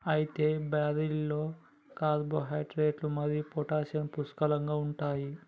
అయితే బార్లీలో కార్పోహైడ్రేట్లు మరియు ప్రోటీన్లు పుష్కలంగా ఉంటాయి